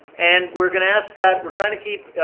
and we're going to ask that we're trying to keep,